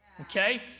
Okay